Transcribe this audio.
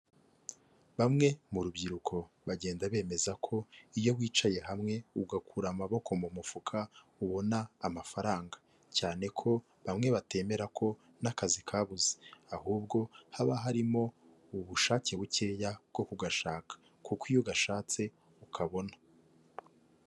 Bamwe mu rubyiruko bagenda bemeza ko iyo wicaye hamwe ugakura amaboko mu mufuka ubona amafaranga, cyane ko bamwe batemera ko n'akazi kabuze ahubwo haba harimo ubushake bukeya bwo kugashaka kuko iyo ugashatse ukabona.